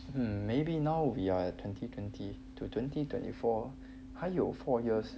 maybe now we are twenty twenty two twenty twenty four 还有 four years